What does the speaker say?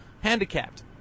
handicapped